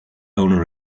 owner